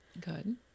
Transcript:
Good